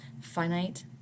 finite